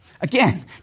Again